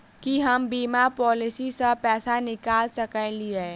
की हम बीमा पॉलिसी सऽ पैसा निकाल सकलिये?